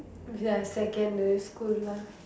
ya secondary school lah